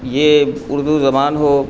یہ اردو زبان ہو